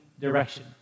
direction